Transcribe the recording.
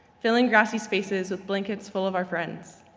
filling grassy spaces with blankets full of our friends?